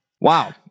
Wow